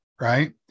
right